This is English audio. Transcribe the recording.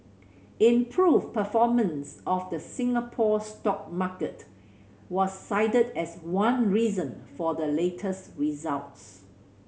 improved performance of the Singapore stock market was cited as one reason for the latest results